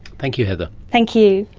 thank you heather. thank you.